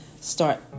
start